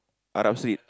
Arab Street